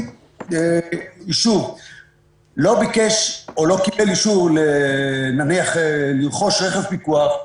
אם יישוב לא ביקש או לא קיבל אישור לרכוש רכב פיקוח,